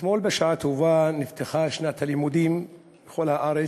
אתמול בשעה טובה נפתחה שנת הלימודים בכל הארץ,